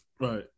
Right